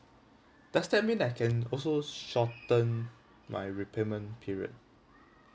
does that mean I can also shorten my repayment period